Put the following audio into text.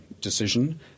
decision